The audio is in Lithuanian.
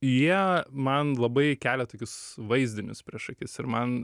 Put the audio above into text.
jie man labai kelia tokius vaizdinius prieš akis ir man